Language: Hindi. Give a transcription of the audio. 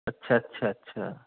अच्छा अच्छा अच्छा